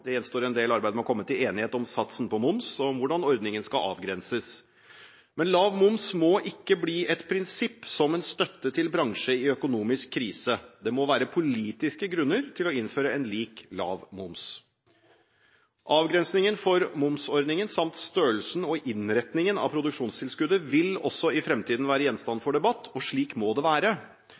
Fortsatt gjenstår en del arbeid, både med å komme til enighet om satsen på moms og om hvordan ordningen skal avgrenses. Men lav moms må ikke bli et prinsipp som en støtte til en bransje i økonomisk krise, det må være politiske grunner til å innføre en lik, lav moms. Avgrensningen for momsordningen samt størrelsen og innretningen av produksjonstilskuddet vil også i fremtiden være gjenstand for debatt. Slik må det være,